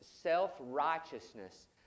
self-righteousness